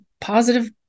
positive